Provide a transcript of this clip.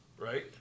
right